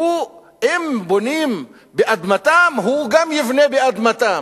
אם בונים באדמתם גם הוא יבנה באדמתם.